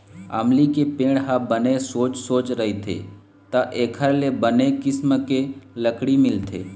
अमली के पेड़ ह बने सोझ सोझ रहिथे त एखर ले बने किसम के लकड़ी मिलथे